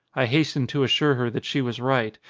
i hastened to assure her that she was right,